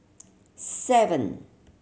seven